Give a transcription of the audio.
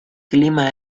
clima